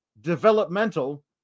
developmental